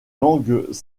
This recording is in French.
langues